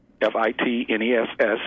f-i-t-n-e-s-s